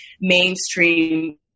mainstream